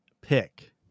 pick